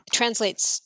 translates